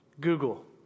Google